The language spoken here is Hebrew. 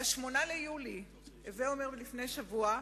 ב-8 ביולי, הווי אומר לפני שבוע,